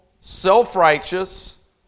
self-righteous